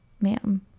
Ma'am